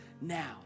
now